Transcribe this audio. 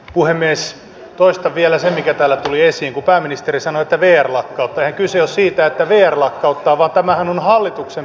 puhemies toista vielä sen mikä täällä tuli esiin pääministeri sanoitävien lakkauttaa kyse on siitä että mie lakkauttaa vaan tämähän on hallituksen